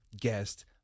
guest